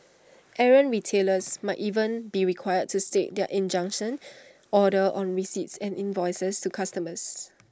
errant retailers might even be required to state their injunction order on receipts and invoices to customers